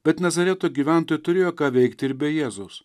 bet nazareto gyventojai turėjo ką veikti ir bei jėzus